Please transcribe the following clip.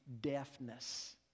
deafness